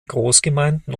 großgemeinde